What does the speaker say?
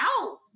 out